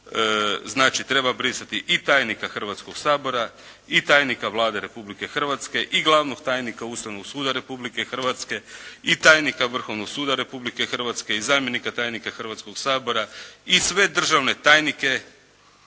Znači, treba brisati i tajnika Hrvatskoga sabora i tajnika Vlade Republike Hrvatske, i glavnog tajnika Ustavnog suda Republike Hrvatske, i tajnika Vrhovnog suda Republike Hrvatske i zamjenika tajnika Hrvatskog sabora, i sve državne tajnike,